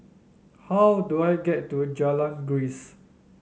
how do I get to Jalan Grisek